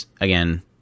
again